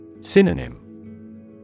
Synonym